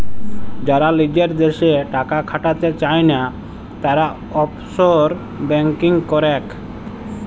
যারা লিজের দ্যাশে টাকা খাটাতে চায়না, তারা অফশোর ব্যাঙ্কিং করেক